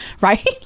Right